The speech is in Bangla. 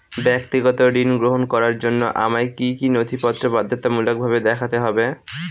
ব্যক্তিগত ঋণ গ্রহণ করার জন্য আমায় কি কী নথিপত্র বাধ্যতামূলকভাবে দেখাতে হবে?